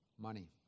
money